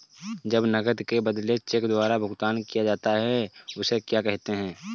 जब नकद के बदले चेक द्वारा भुगतान किया जाता हैं उसे क्या कहते है?